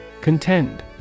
Contend